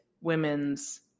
women's